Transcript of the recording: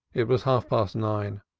it was half-past nine.